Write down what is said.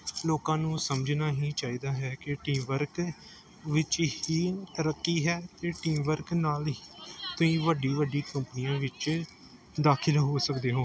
ਲੋਕਾਂ ਨੂੰ ਸਮਝਣਾ ਹੀ ਚਾਹੀਦਾ ਹੈ ਕਿ ਟੀਮ ਵਰਕ ਵਿੱਚ ਹੀ ਤਰੱਕੀ ਹੈ ਅਤੇ ਟੀਮ ਵਰਕ ਨਾਲ ਹੀ ਤੁਸੀਂ ਵੱਡੀ ਵੱਡੀ ਕੰਪਨੀਆਂ ਵਿੱਚ ਦਾਖਲ ਹੋ ਸਕਦੇ ਹੋ